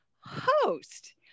host